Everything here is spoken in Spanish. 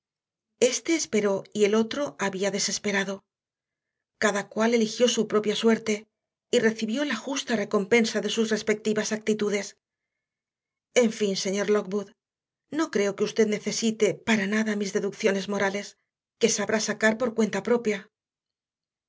este esperó y el otro había desesperado cada cual eligió su propia suerte y recibió la justa recompensa de sus respectivas actitudes en fin señor lockwood no creo que usted necesite para nada mis deducciones morales que sabrá sacar por cuenta propia